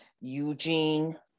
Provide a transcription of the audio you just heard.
Eugene